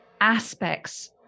aspects